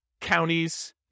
counties